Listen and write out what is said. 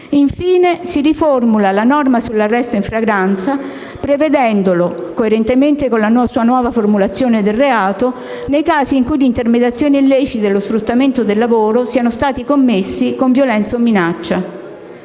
Infine si riformula la norma sull'arresto in flagranza, prevedendolo, coerentemente con la nuova formulazione del reato, nei casi in cui l'intermediazione illecita e lo sfruttamento del lavoro siano stati commessi con violenza o minaccia.